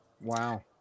wow